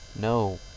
No